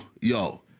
yo